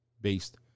based